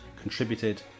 contributed